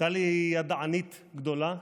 טלי היא ידענית גדולה,